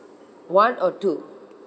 one or two